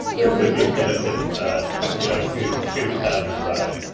there could be benefits ah yeah to to jazzercise.